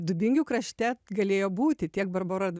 dubingių krašte galėjo būti tiek barbora